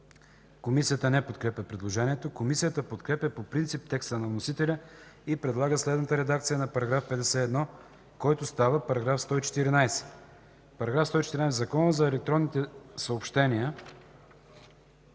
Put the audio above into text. Комисията не подкрепя предложението. Комисията подкрепя по принцип текста на вносителя и предлага следната редакция на § 51, който става § 114: „§ 114. В Закона за електронните съобщения